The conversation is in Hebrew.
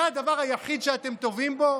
זה הדבר היחיד שאתם טובים בו?